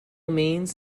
means